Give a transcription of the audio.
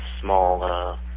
small